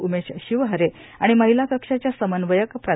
उमेश शिवहरे आणि महिला कक्षाच्या समन्वयक प्रा